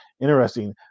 interesting